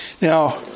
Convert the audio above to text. Now